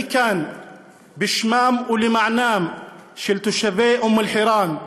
אני כאן בשמם ולמענם של תושבי אום אל-חיראן,